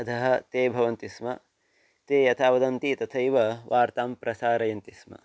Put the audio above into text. अधः ते भवन्ति स्म ते यथा वदन्ति तथैव वार्तां प्रसारयन्ति स्म